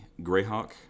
Greyhawk